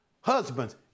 Husbands